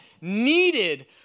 needed